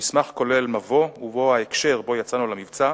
המסמך כולל מבוא ובו ההקשר שבו יצאנו למבצע,